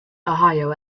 ohio